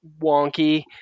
wonky